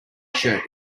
shirt